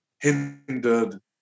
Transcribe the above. hindered